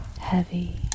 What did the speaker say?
heavy